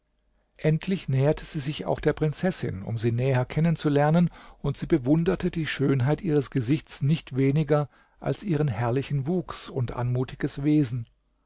endlich näherte sie sich auch der prinzessin um sie näher kennenzulernen und sie bewunderte die schönheit ihres gesichts nicht weniger als ihren herrlichen wuchs und anmutiges wesen